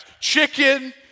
chicken